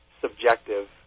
subjective